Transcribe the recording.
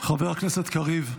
--- חבר הכנסת קריב.